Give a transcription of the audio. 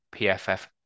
PFF